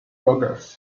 rogers